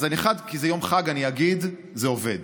אז כי זה יום חג, אני אגיד: זה עובד.